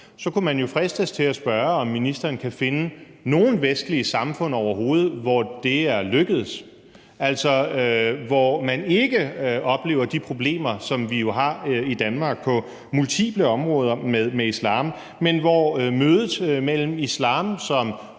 Så kan man jo fristes til at spørge, om ministeren kan finde nogen vestlige samfund overhovedet, hvor det er lykkedes, og hvor man ikke oplever de problemer med islam, som vi har i Danmark på multiple områder, men hvor islam